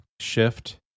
shift